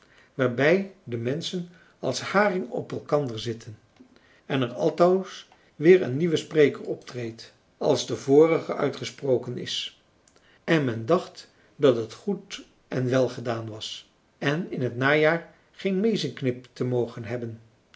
waarbij de menschen als haring op elkander zitten en er altoos weer een nieuwe spreker optreedt als de vorige uitgesproken is en men dacht dat het goed en wel gedaan was en in het najaar geen meezenknip te mogen hebben